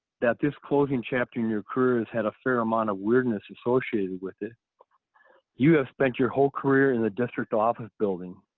that this closing chapter in your career has had a fair amount of weirdness associated with it. you have spent your whole career in the district office building,